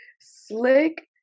slick